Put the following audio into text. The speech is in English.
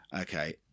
Okay